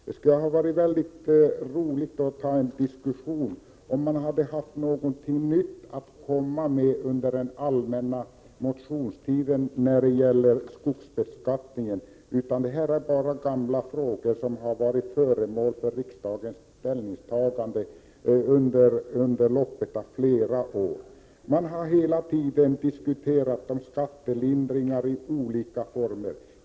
Det skulle vara mycket roligt att föra en diskussion om skogsbeskattningen, om man hade haft någonting nytt att komma med under den allmänna motionstiden. Vad vi nu har att diskutera är gamla frågor, som varit föremål för riksdagens ställningstagande under flera år. Man har hela tiden diskuterat skattelindringar i olika former.